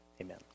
Amen